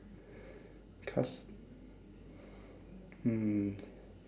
cas~ hmm